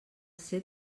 ser